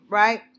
right